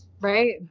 Right